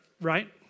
right